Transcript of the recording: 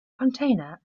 container